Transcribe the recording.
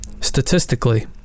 statistically